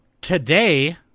Today